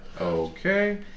Okay